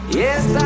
yes